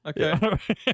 Okay